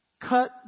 cut